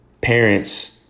parents